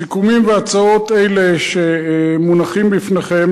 סיכומים והצעות אלו שמונחים לפניכם,